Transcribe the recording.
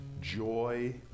joy